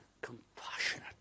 compassionate